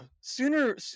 sooner